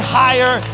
higher